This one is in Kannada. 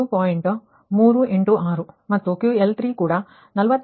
386 ಮತ್ತು Q L3 ಕೂಡ 45